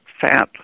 fat